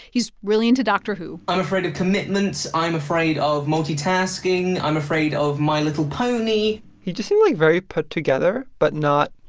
he's really into doctor who. i'm afraid of commitment. i'm afraid of multitasking. i'm afraid of my little pony. he just seemed, like, very put together but not,